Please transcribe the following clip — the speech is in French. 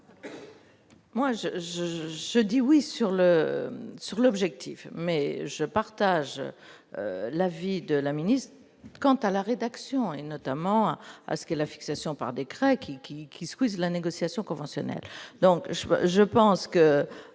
je, je dis oui sur le sur l'objectif mais je partage l'avis de la ministre quant à la rédaction et notamment à ce que la fixation par décret qui qui qui souhaite la négociation conventionnelle,